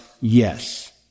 yes